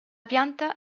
pianta